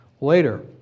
later